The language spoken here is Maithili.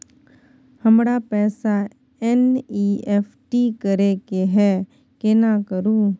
हमरा पैसा एन.ई.एफ.टी करे के है केना करू?